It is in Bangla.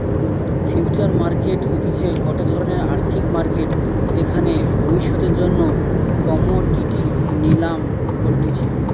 ফিউচার মার্কেট হতিছে গটে ধরণের আর্থিক মার্কেট যেখানে ভবিষ্যতের জন্য কোমোডিটি নিলাম করতিছে